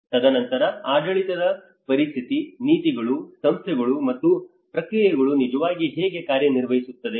ತದನಂತರ ಆಡಳಿತದ ಪರಿಸ್ಥಿತಿ ನೀತಿಗಳು ಸಂಸ್ಥೆಗಳು ಮತ್ತು ಪ್ರಕ್ರಿಯೆಗಳು ನಿಜವಾಗಿ ಹೇಗೆ ಕಾರ್ಯನಿರ್ವಹಿಸುತ್ತವೆ